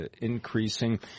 increasing